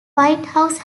whitehouse